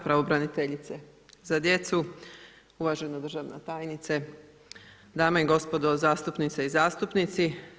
Pravobraniteljice za djecu, uvažena državna tajnice, dame i gospodo, zastupnice i zastupnici.